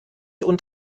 und